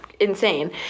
insane